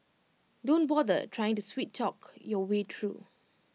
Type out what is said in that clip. don't bother trying to sweet talk your way through